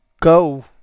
go